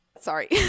Sorry